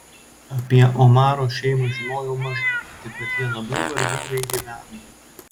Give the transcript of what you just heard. apie omaro šeimą žinojau mažai tik kad jie labai vargingai gyvena